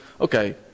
okay